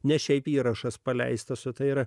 ne šiaip įrašas paleistas o tai yra